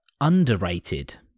underrated